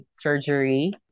surgery